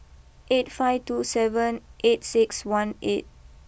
eight five two seven eight six one eight